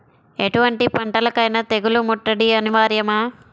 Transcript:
ఎటువంటి పంటలకైన తెగులు ముట్టడి అనివార్యమా?